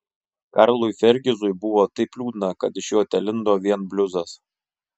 karlui fergizui buvo taip liūdna kad iš jo telindo vien bliuzas